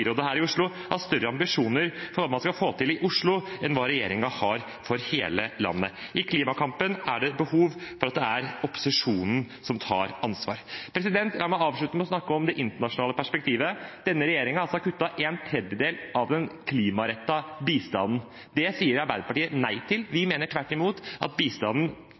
byrådet her i Oslo har større ambisjoner for hva man skal få til i Oslo, enn hva regjeringen har for hele landet. I klimakampen er det behov for at det er opposisjonen som tar ansvar. La meg avslutte med å snakke om det internasjonale perspektivet. Denne regjeringen har altså kuttet en tredjedel av den klimarettede bistanden. Det sier Arbeiderpartiet nei til. Vi mener tvert imot at